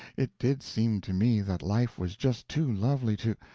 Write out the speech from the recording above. it did seem to me that life was just too lovely to